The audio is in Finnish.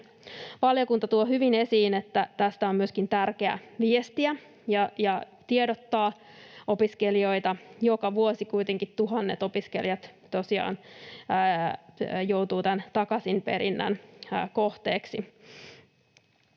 Valiokunta tuo hyvin esiin, että tästä on myöskin tärkeä viestiä ja tiedottaa opiskelijoille. Joka vuosi kuitenkin tuhannet opiskelijat tosiaan joutuvat tämän takaisinperinnän kohteeksi.